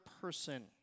person